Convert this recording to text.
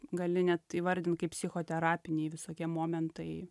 gali net įvardint kaip psichoterapiniai visokie momentai